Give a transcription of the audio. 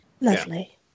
Lovely